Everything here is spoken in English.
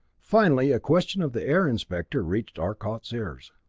finally a question of the air inspector reached arcot's ears.